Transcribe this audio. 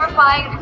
um by